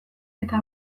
eta